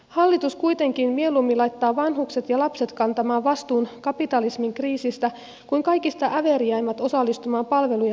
hallitus kuitenkin mieluummin laittaa vanhukset ja lapset kantamaan vastuun kapitalismin kriisistä kuin kaikista äveriäimmät osallistumaan palvelujen rahoittamistalkoisiin